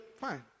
fine